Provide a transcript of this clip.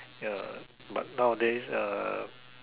ya but nowadays uh